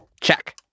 Check